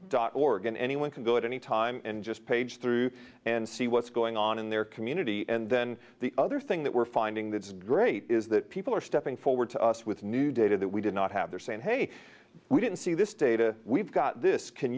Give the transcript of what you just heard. dot org and anyone can go at any time and just page through and see what's going on in their community and then the other thing that we're finding that's great is that people are stepping forward to us with me new data that we did not have they're saying hey we didn't see this data we've got this can